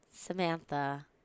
Samantha